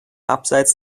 abseits